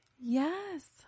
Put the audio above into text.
Yes